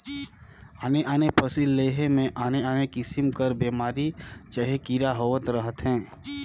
आने आने फसिल लेहे में आने आने किसिम कर बेमारी चहे कीरा होवत रहथें